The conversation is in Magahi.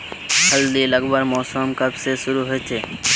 हल्दी लगवार मौसम कब से शुरू होचए?